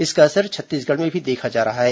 इसका असर छत्तीसगढ़ में भी देखा जा रहा है